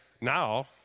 Now